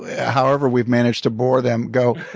however we've managed to bore them, go,